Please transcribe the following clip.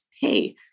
hey